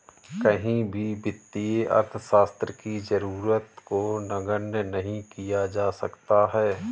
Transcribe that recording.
कहीं भी वित्तीय अर्थशास्त्र की जरूरत को नगण्य नहीं किया जा सकता है